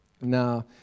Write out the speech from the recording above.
Now